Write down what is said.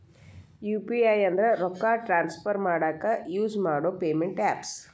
UPI ಅಂದ್ರ ರೊಕ್ಕಾ transfer ಮಾಡಾಕ ಯುಸ್ ಮಾಡೋ ಪೇಮೆಂಟ್ ಆಪ್ಸ್